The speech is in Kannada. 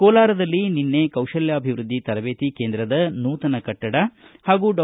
ಕೋಲಾರದಲ್ಲಿ ನಿನ್ನೆ ಕೌಶಲ್ಕಾಭಿವೃದ್ದಿ ತರಬೇತಿ ಕೇಂದ್ರದ ನೂತನ ಕಟ್ಟಡ ಹಾಗೂ ಡಾ